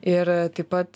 ir taip pat